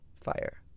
fire